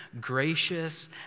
gracious